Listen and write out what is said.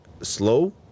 slow